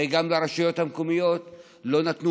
הרי גם לרשויות המקומיות לא נתנו